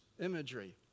imagery